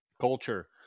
culture